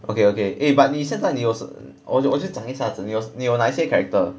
okay okay eh but 你现在你有时我我就讲一下子你有你有哪些 character